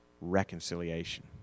reconciliation